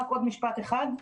רק עוד משפט אחד.